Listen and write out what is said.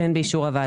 שהן באישור הוועדה.